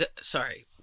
sorry